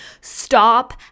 Stop